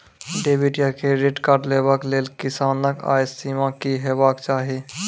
Debit या credit card लेवाक लेल किसानक आय सीमा की हेवाक चाही?